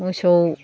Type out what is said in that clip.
मोसौ